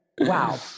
Wow